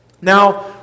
Now